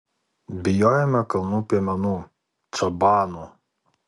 bijojome kalnų piemenų čabanų